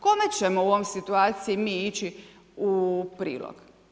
Kome ćemo u ovoj situaciji mi ići u prilog?